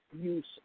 use